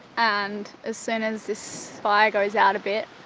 and as soon as this fire goes out a bit,